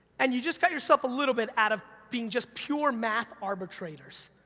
and you just cut yourself a little bit out of being just pure math arbitrators,